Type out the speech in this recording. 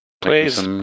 Please